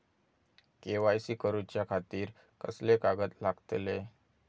KYC करूच्या खातिर कसले कागद लागतले?